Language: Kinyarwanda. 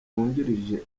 wungirije